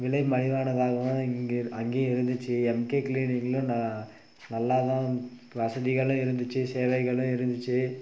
விலை மலிவானதாகவும் இங்கே அங்கேயும் இருந்துச்சு எம்கே கிளீனிக்ஸ்லேயும் நா நல்லா தான் வசதிகளும் இருந்துச்சு சேவைகளும் இருந்துச்சு